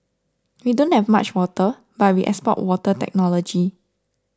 we don't have much water but we export water technology